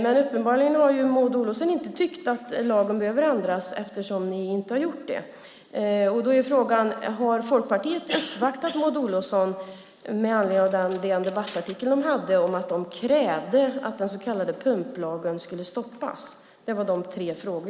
Men uppenbarligen har Maud Olofsson inte tyckt att lagen behöver ändras eftersom det inte har gjorts. Då är frågan: Har Folkpartiet uppvaktat Maud Olofsson med anledning av den DN Debatt-artikel de hade om att de krävde att den så kallade pumplagen skulle stoppas? Det var mina tre frågor.